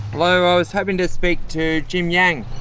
hello, i was hoping to speak to jim yang.